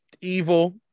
Evil